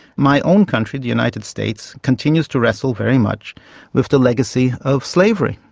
my own country, the united states, continues to wrestle very much with the legacy of slavery.